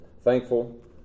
thankful